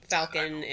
Falcon